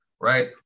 right